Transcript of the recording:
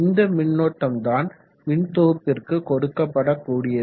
இந்த மின்னோட்டம் தான் மின்தொகுப்பிற்கு கொடுக்கப்படக்கூடியது